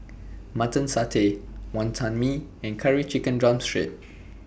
Mutton Satay Wantan Mee and Curry Chicken Drumstick